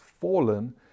fallen